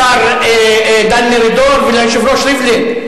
לשר דן מרידור וליושב-ראש ריבלין?